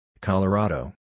Colorado